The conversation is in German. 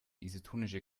isotonische